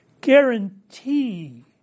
Guarantee